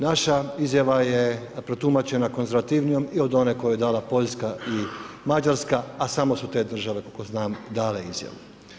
Naša izjava je protumačena konzervativnijom i od one koju je dala Poljska i Mađarska, a samo su te države koliko znam dale izjavu.